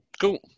cool